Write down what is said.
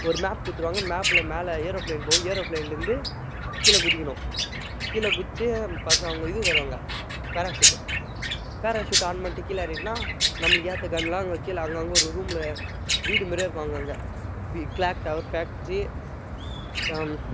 ஒரு மேப் கொடுத்துருவாங்க மேப்பில் மேலே ஏரோஃப்ளேன் போகும் ஏரோஃப்ளேனில் இருந்து கீழே குதிக்கணும் கீழே குதித்து பார்த்தா அவங்க இது தருவாங்க பேராஷூட்டு பேராஷூட்டு ஆன் பண்ணிட்டு கீழே இறங்கிட்டன்னா நம்மளுக்கு ஏற்ற கன்னெல்லாம் அங்கே கீழே அங்கே அங்கே ஒரு ரூமில் வீடு மாரியே இருக்கும் அங்கங்கே வி க்ளாக் டவர் ஃபேக்ட்ரி